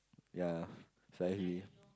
ya so I feel